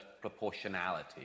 proportionality